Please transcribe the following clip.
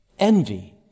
Envy